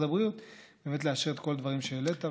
הבריאות כדי באמת לאשר את כל הדברים שהעלית,